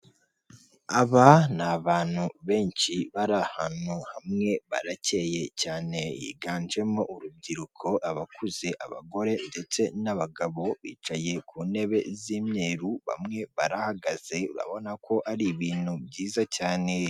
Aba ni abantu benshi bari ahantu hamwe baracyeye cyane; higanjemo urubyiruko, abakuze, abagore ndetse n'abagabo bicaye ku ntebe z'imyeru bamwe barahagaze urabona ko ari ibintu byiza cyane.